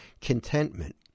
contentment